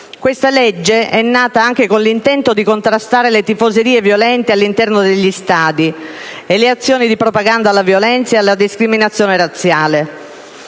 Questa legge è nata anche con l'intento di contrastare le tifoserie violente all'interno degli stadi e le azioni di propaganda alla violenza e alla discriminazione razziale.